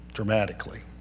dramatically